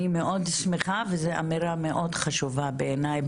אני מאוד שמחה וזו אמירה מאוד חשובה בעיניי,